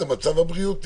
הכל.